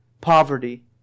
poverty